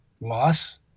loss